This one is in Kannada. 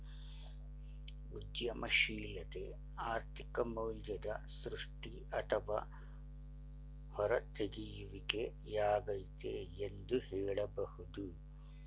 ಉದ್ಯಮಶೀಲತೆ ಆರ್ಥಿಕ ಮೌಲ್ಯದ ಸೃಷ್ಟಿ ಅಥವಾ ಹೂರತೆಗೆಯುವಿಕೆ ಯಾಗೈತೆ ಎಂದು ಹೇಳಬಹುದು